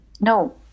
no